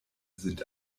sind